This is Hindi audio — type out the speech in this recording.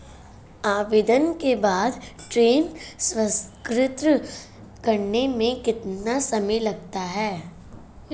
आवेदन के बाद ऋण स्वीकृत करने में कितना समय लगता है?